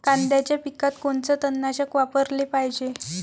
कांद्याच्या पिकात कोनचं तननाशक वापराले पायजे?